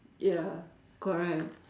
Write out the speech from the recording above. ya correct